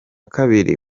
kabiri